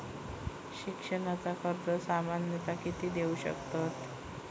शिक्षणाचा कर्ज सामन्यता किती देऊ शकतत?